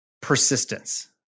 persistence